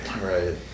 Right